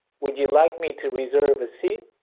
would you like me to reserve a seat?